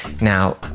now